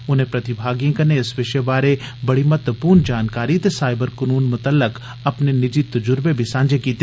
उनें प्रतिभागिएं कन्नै इस विशे बारे बड़ी महत्वपूर्ण जानकारी ते साईबर कानून मतल्लक अपने निजी तज्ब्रे बी सांझे कीते